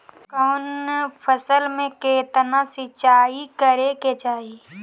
कवन फसल में केतना सिंचाई करेके चाही?